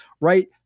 right